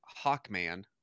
Hawkman